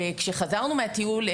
וכשחזרנו מהטיול,